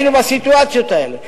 היינו בסיטואציות האלה,